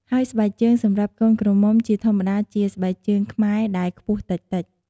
ហើយស្បែកជើងសម្រាប់កូនក្រមុំជាធម្មតាជាស្បែកជើងខ្មែរដែលខ្ពស់តិចៗ។